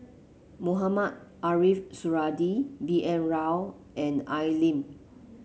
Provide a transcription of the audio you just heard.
Mohamed Ariff Suradi B N Rao and Al Lim